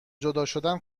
جداشدن